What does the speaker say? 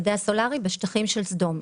בשטחים של סדום.